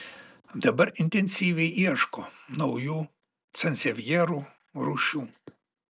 dabar intensyviai ieško naujų sansevjerų rūšių